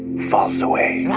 falls away